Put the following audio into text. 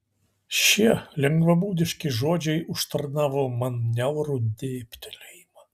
šie lengvabūdiški žodžiai užtarnavo man niaurų dėbtelėjimą